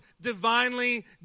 divinely